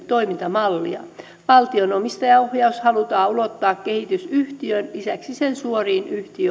toimintamallia valtion omistajaohjaus halutaan ulottaa kehitysyhtiön lisäksi sen suoriin